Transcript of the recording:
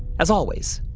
as always,